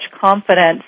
confidence